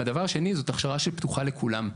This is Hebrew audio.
שלוש, זו הכשרה שפתוחה לכולם.